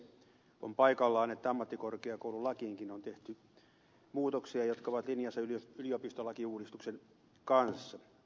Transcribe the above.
on paikallaan että ammattikorkeakoululakiinkin on tehty muutoksia jotka ovat linjassa yliopistolakiuudistuksen kanssa